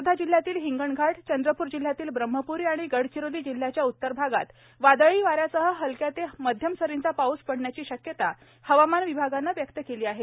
वर्धा जिल्ह्यातील हिंगणघाट चंद्रपूर जिल्ह्यातील ब्रह्मप्री आणि गडचिरोली जिल्ह्याच्या उत्तर भागात वादळी वाऱ्यासह हलक्या ते मध्यम सरींचा पाऊस पडण्याची शक्यता हवामान विभागाने व्यक्त केली आहे